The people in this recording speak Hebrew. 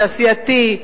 תעשייתי,